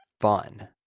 fun